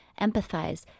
Empathize